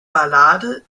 ballade